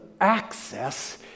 access